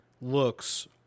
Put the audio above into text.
looks